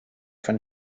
von